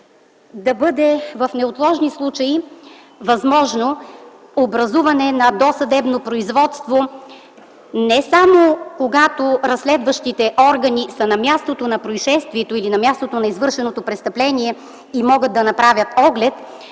в неотложни случаи да бъде възможно образуване на досъдебно производство не само, когато разследващите органи са на мястото на произшествието или на мястото на извършеното престъпление и могат да направят оглед,